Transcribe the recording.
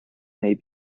may